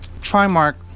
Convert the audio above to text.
Trimark